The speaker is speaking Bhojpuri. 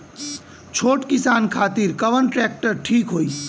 छोट किसान खातिर कवन ट्रेक्टर ठीक होई?